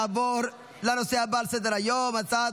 נעבור לנושא הבא על סדר-היום: הצעת